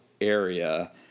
area